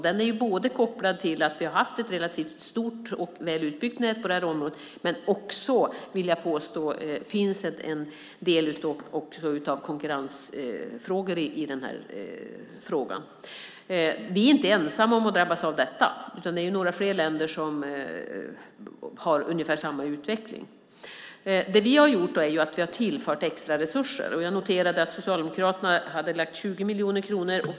Den är kopplad både till att vi har haft ett relativt stort och väl utbyggt nät och, vill jag påstå, till att det finns en del konkurrensfrågor på det här området. Vi är inte ensamma om att drabbas av detta. Det är några fler länder som har ungefär samma utveckling. Det vi har gjort är att vi har tillfört extra resurser. Jag noterade att Socialdemokraterna hade lagt 20 miljoner kronor.